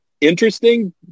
interesting